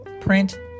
print